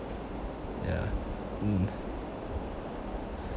ya mm